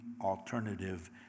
alternative